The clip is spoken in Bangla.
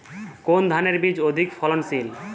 কোন ধানের বীজ অধিক ফলনশীল?